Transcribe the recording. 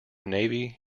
navy